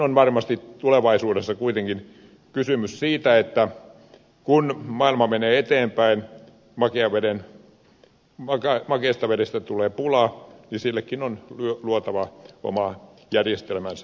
kuitenkin varmasti tulevaisuudessa tulee esille kysymys siitä että kun maailma menee eteenpäin ja makeasta vedestä tulee pula niin sillekin on luotava oma järjestelmänsä